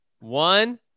One